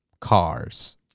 cars